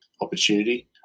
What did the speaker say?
opportunity